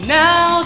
now